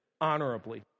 honorably